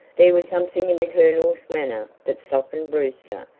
there was something in the colonel's manner that softened brewster,